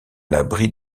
l’abri